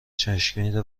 چشمگیر